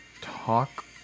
talk